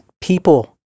People